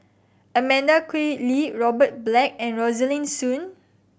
Amanda Koe Lee Robert Black and Rosaline Soon